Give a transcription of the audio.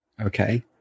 Okay